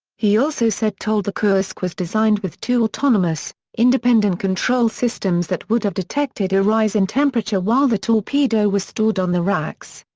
he also said told the kursk was designed with two autonomous, independent control systems that would have detected a rise in temperature while the torpedo was stored on the racks.